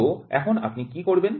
তো এখন আপনি কি করেন